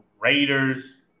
Raiders